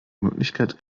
möglichkeit